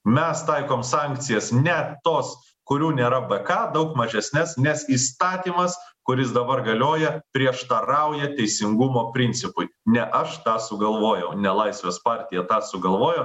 mes taikom sankcijas ne tos kurių nėra bk daug mažesnes nes įstatymas kuris dabar galioja prieštarauja teisingumo principui ne aš tą sugalvojau ne laisvės partija tą sugalvojo